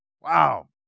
Wow